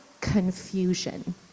confusion